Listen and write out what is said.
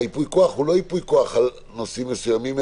שהייפוי כוח הוא לא ייפוי כוח על נושאים מסוימים,